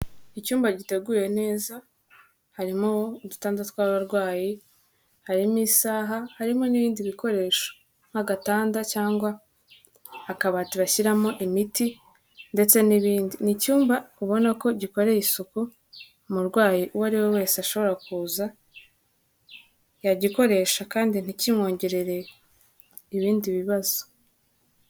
Icyumba giteguye neza harimo udutanda tw'abarwayi, harimo isaha, harimo n'ibindi bikoresho nk'agatanda cyangwa akabati bashyiramo imiti ndetse n'ibindi. Ni icyumba ubona ko gikoreye isuku, umurwayi uwo ari we wese ashobora kuza yagikoresha kandi ntikimwongerere ibindi bibazo.